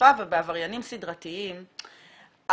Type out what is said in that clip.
בתקיפה ובעבריינים סדרתיים,